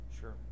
Sure